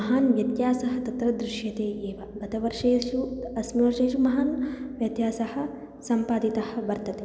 महान् व्यत्यासः तत्र दृश्यते एव गतवर्षेषु अस्मिन् वर्षेषु महान् व्यत्यासः सम्पादितः वर्तते